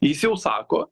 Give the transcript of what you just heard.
jis jau sako